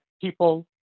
people